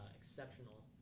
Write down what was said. exceptional